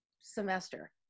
semester